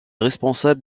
responsable